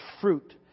fruit